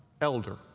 elder